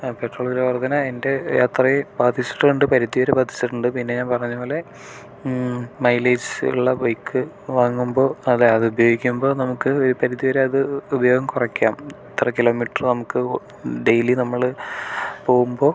petrol വില വർധന എൻ്റെ യാത്രയെ ബാധിച്ചിട്ടുണ്ട് പരിസ്ഥിതിയെ ബാധിച്ചിട്ടുണ്ട് പിന്നെ ഞാൻ പറഞ്ഞപോലെ മൈലേജ് ഉള്ള ബൈക്ക് വാങ്ങുമ്പോൾ അല്ല അത് ഉപയോഗിക്കുമ്പോൾ നമുക്ക് ഒരു പരിധി വരെ അത് ഉപയോഗം കുറയ്ക്കാം ഇത്ര കിലോമീറ്റർ നമുക്ക് ഡെയ്ലി നമ്മൾ പോവുമ്പോൾ